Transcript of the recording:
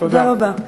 תודה רבה.